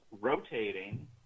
rotating